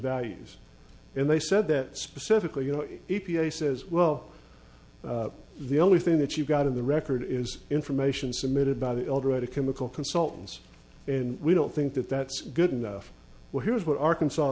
values and they said that specifically you know e p a says well the only thing that you've got in the record is information submitted by the eldoret of chemical consultants in we don't think that that's good enough well here's what arkansas